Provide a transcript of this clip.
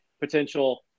potential